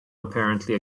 apparently